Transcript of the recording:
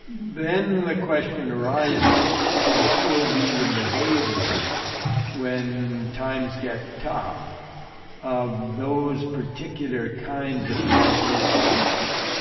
then the question arises, what will be the behavior when times get tough of those particular kinds of financial institutions?